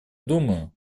думаю